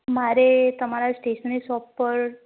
મારે તમારી stationery shop પર